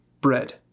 Bread